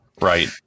right